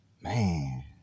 Man